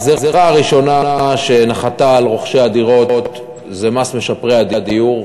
הגזירה הראשונה שנחתה על רוכשי הדירות היא מס משפרי הדיור.